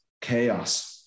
chaos